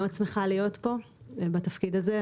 אני מאוד שמחה להיות פה בתפקיד הזה,